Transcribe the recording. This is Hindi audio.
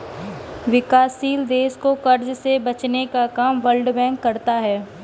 विकासशील देश को कर्ज से बचने का काम वर्ल्ड बैंक करता है